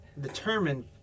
Determined